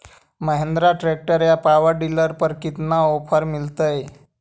Mahindra tractor या power dealer पर कितना ओफर मीलेतय?